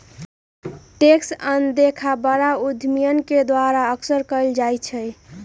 tax अनदेखा बड़ा उद्यमियन के द्वारा अक्सर कइल जयते हई